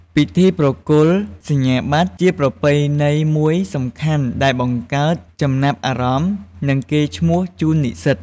ពិធីប្រគល់សញ្ញាបត្រជាប្រពៃណីមួយសំខាន់ដែលបង្កើតចំណាប់អារម្មណ៍ និងកេរ្តិ៍ឈ្មោះជូននិសិ្សត។